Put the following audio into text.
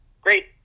great